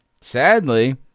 sadly